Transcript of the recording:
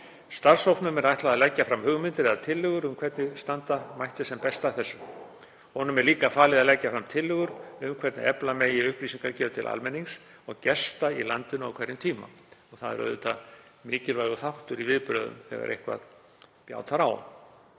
er ætlað að leggja fram hugmyndir eða tillögur um hvernig standa mætti sem best að því. Honum er líka falið að leggja fram tillögur um hvernig efla megi upplýsingagjöf til almennings og gesta í landinu á hverjum tíma. Það er auðvitað mikilvægur þáttur í viðbrögðum þegar eitthvað bjátar á.